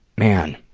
man!